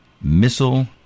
Missile